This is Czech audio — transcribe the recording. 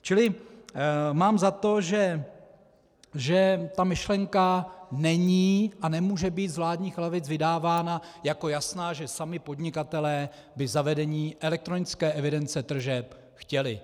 Čili mám za to, že ta myšlenka není a nemůže být z vládních lavic vydávána jako jasná, že sami podnikatelé by zavedení elektronické evidence tržeb chtěli.